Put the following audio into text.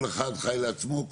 כל אחד חי לעצמו?